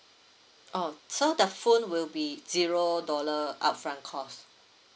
oh so the phone will be zero dollar upfront cost